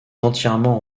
entièrement